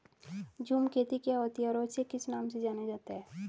झूम खेती क्या होती है इसे और किस नाम से जाना जाता है?